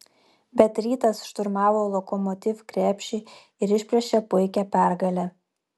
bet rytas šturmavo lokomotiv krepšį ir išplėšė puikią pergalę